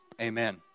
Amen